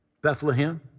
Bethlehem